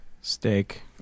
Steak